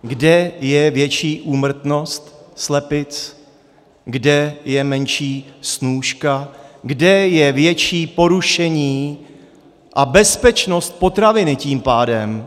Kde je větší úmrtnost slepic, kde je menší snůška, kde je větší porušení a bezpečnost potraviny tím pádem.